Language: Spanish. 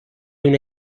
una